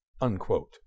unquote